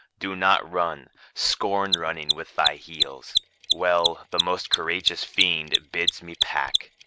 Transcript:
do not run scorn running with thy heels well, the most courageous fiend bids me pack.